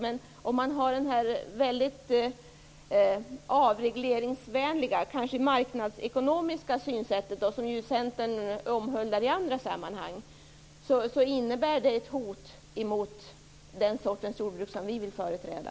Det mycket avregleringsvänliga, kanske marknadsekonomiska, synsätt som Centern omhuldar i andra sammanhang innebär dock ett hot mot den sortens jordbruk som vi vill företräda.